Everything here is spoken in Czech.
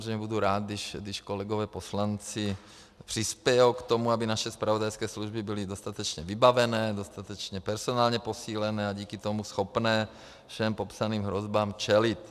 Já samozřejmě budu rád, když kolegové poslanci přispějí k tomu, aby naše zpravodajské služby byly dostatečně vybavené, dostatečně personálně posílené a díky tomu schopné všem popsaným hrozbám čelit.